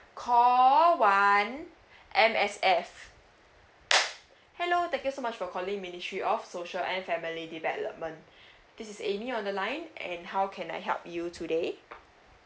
call one M_S_F hello thank you so much for calling ministry of social and family development this is amy on the line and how can I help you today